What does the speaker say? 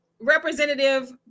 representative